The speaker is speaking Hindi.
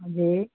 जी